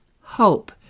hope